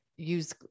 use